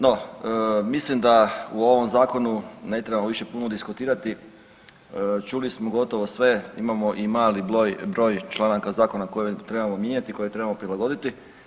No, mislim da u ovom zakonu ne trebamo više puno diskutirati, čuli smo gotovo sve imamo imali broj članaka zakona koje trebamo mijenjati, koje trebamo prilagoditi.